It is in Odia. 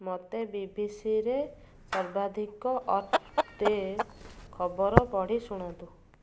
ମୋତେ ବିବିସିରେ ସର୍ବାଧିକ ଅପ୍ଡ଼େଟ୍ ଖବର ପଢ଼ି ଶୁଣାନ୍ତୁ